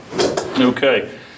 Okay